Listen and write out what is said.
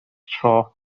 tro